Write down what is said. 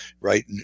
right